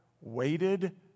waited